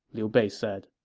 liu bei said